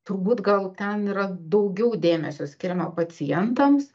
turbūt gal ten yra daugiau dėmesio skiriama pacientams